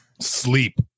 sleep